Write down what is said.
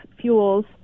fuels